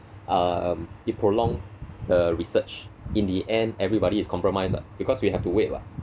um it prolonged the research in the end everybody is compromised [what] because we have to wait [what]